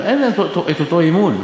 אין להם את אותו אמון.